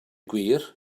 gwir